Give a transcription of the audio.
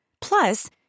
Plus